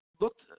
Looked